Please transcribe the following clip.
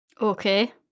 Okay